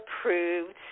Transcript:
approved